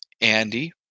Andy